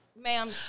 ma'am